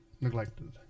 neglected